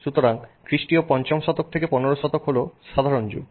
সুতরাং খ্রিস্টীয় 5 শতক থেকে 15 শতক হল সাধারণ যুগ